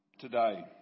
today